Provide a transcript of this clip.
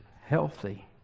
healthy